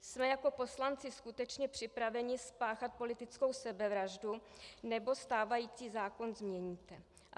Jsme jako poslanci skutečně připraveni spáchat politickou sebevraždu, nebo stávající zákon změníte?